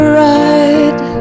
ride